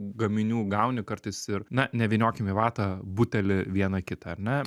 gaminių gauni kartais ir na nevyniokim į vatą butelį vieną kitą ar ne